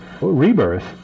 rebirth